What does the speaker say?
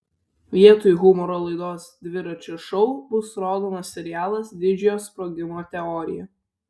vietoj humoro laidos dviračio šou bus rodomas serialas didžiojo sprogimo teorija